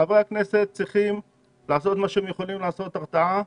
גם חברי הכנסת צריכים לעשות מה שהם יכולים לעשות למען ההרתעה.